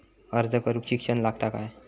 अर्ज करूक शिक्षण लागता काय?